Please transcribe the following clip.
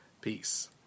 Peace